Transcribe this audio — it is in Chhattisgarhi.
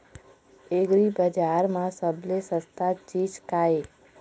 एग्रीबजार म सबले सस्ता चीज का ये?